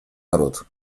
народ